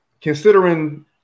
considering